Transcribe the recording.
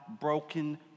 broken